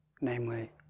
Namely